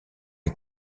est